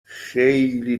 خیلی